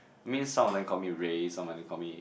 mean some of them call me Ray some of them call me